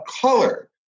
color